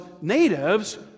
natives